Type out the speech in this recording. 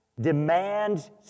demands